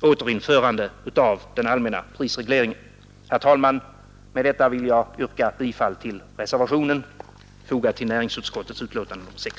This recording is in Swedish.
återinförande av den allmänna prisregleringen. Herr talman! Med detta vill jag yrka bifall till den reservation som är fogad till näringsutskottets betänkande nr 6.